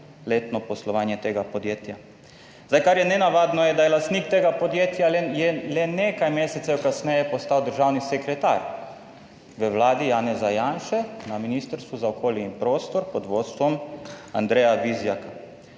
letno poslovanje tega podjetja. Zdaj, kar je nenavadno je, da je lastnik tega podjetja je le nekaj mesecev kasneje postal državni sekretar v Vladi Janeza Janše na ministrstvu za okolje in prostor pod vodstvom Andreja Vizjaka.